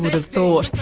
have thought?